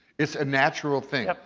it's a natural thing.